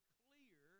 clear